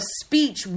speech